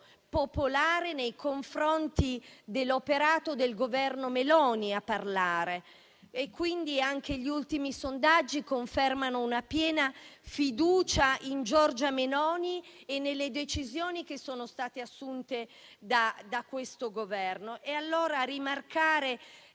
popolare nei confronti dell'operato del Governo Meloni a parlare. Anche gli ultimi sondaggi confermano una piena fiducia in Giorgia Meloni e nelle decisioni che sono state assunte da questo Governo. A rimarcare